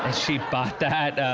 ah she bought that.